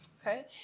Okay